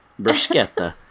Bruschetta